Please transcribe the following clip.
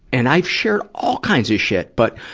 and i've shared all kinds of shit. but,